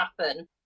happen